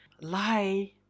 lie